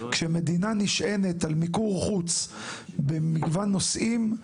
כשמדינה נשענת על מיקור חוץ במגוון נושאים,